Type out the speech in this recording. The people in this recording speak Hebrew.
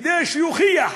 וכדי להוכיח